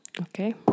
Okay